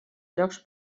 llocs